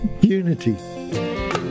Unity